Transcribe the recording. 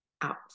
out